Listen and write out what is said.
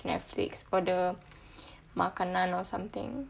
netflix order makanan or something